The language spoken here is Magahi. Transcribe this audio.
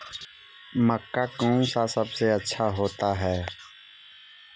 मक्का कौन सा सबसे अच्छा होता है?